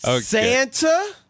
Santa